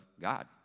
God